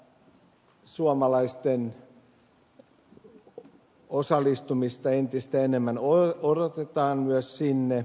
suomalaisten osallistumista entistä enemmän odotetaan myös sinne